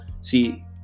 See